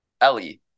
Ellie